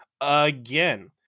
again